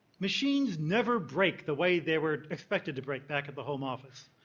machines never break the way they were expected to break back at the home office.